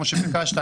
כמו שביקשת,